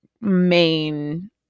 main